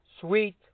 sweet